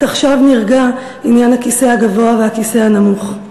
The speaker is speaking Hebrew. רק עכשיו נרגע עניין הכיסא הגבוה והכיסא הנמוך.